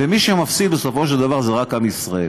ומי שמפסיד בסופו של דבר זה רק עם ישראל.